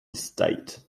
state